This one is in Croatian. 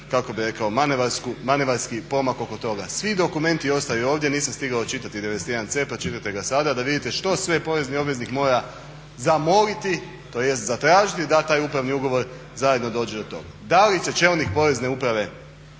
kako bi rekao manevarski pomak oko toga. Svi dokumenti ostaju ovdje, nisam stigao čitati 91c pročitajte ga sada da vidite što sve porezni obveznik mora zamoliti tj. zatražiti da taj upravni ugovor zajedno dođe do … Da li se čelnik Porezne uprave,